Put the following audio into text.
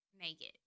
naked